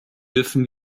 dürfen